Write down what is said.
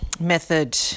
method